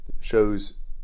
shows